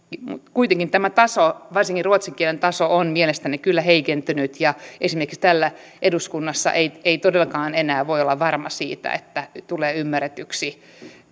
kuitenkin tämä taso varsinkin ruotsin kielen taso on mielestäni kyllä heikentynyt esimerkiksi täällä eduskunnassa ei ei todellakaan enää voi olla varma siitä että tulee ymmärretyksi